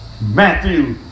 Matthew